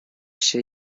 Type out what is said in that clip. się